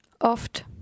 Oft